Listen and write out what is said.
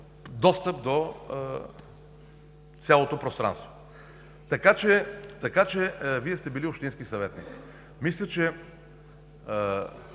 достъп до цялото пространство. Вие сте били общински съветник. Мисля, че